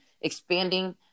expanding